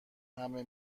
همه